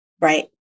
Right